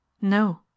no